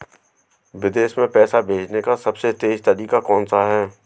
विदेश में पैसा भेजने का सबसे तेज़ तरीका कौनसा है?